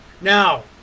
Now